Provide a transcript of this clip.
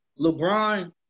LeBron –